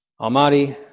Almighty